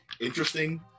interesting